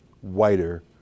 whiter